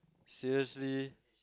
seriously